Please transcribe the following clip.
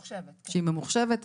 כן, היא ממוחשבת.